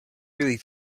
really